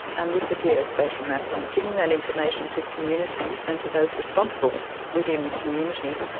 and with the geospatial mapping, giving that information to communities and to those responsible within the community,